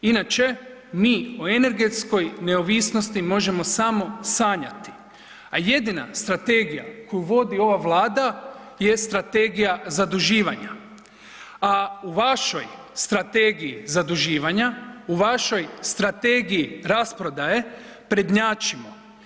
Inače mi o energetskoj neovisnosti možemo samo sanjati, a jedina strategija koju vodi ova Vlada je strategija zaduživanja, a u vašoj strategiji zaduživanja u vašoj strategiji rasprodaje prednjačimo.